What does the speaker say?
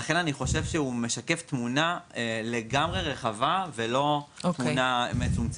לכן לדעתי הוא משקף תמונה רחבה ולא תמונה מצומצמת.